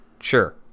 Sure